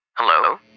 Hello